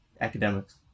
academics